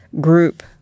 group